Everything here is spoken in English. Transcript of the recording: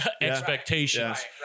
expectations